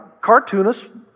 Cartoonists